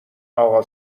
اقا